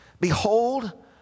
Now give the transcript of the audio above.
Behold